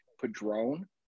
Padrone